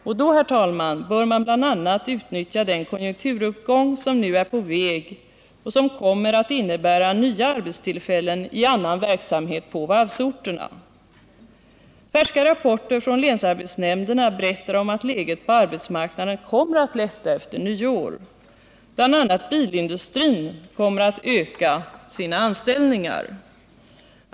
Och då, herr talman, bör man bl.a. utnyttja den konjunkturuppgång som nu är på väg och som kommer att innebära nya arbetstillfällen i annan verksamhet på varvsorterna. Färska rapporter från länsarbetsnämnderna berättar om att läget på arbetsmarknaden kommer att lätta efter nyår. Bl. a. bilindustrin kommer att öka sina anställningar.